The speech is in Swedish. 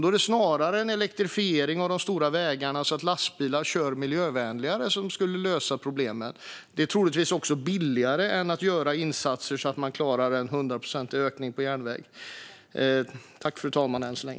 Då är det snarare en elektrifiering av de stora vägarna, så att lastbilar kör miljövänligare, som skulle lösa problemet. Det är troligtvis också billigare än att göra insatser så att man klarar en 100-procentig ökning på järnväg.